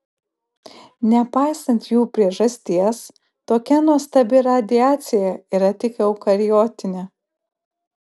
nepaisant jų priežasties tokia nuostabi radiacija yra tik eukariotinė